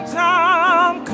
time